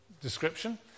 description